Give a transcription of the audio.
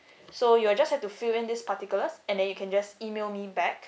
so you will just have to fill in these particulars and then you can just email me back